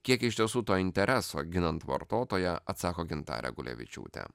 kiek iš tiesų to intereso ginant vartotoją atsako gintarė gulevičiūtė